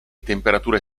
temperature